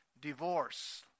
divorce